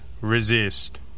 resist